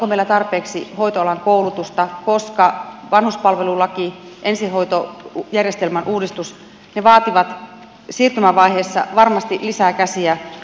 onko meillä tarpeeksi hoitoalan koulutusta koska vanhuspalvelulaki ja ensihoitojärjestelmän uudistus vaativat siirtymävaiheessa varmasti lisää käsiä